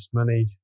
money